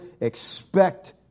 expect